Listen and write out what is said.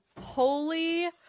Holy